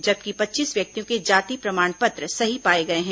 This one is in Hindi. जबकि पच्चीस व्यक्तियों के जाति प्रमाण पत्र सही पाए गए हैं